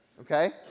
Okay